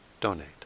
donate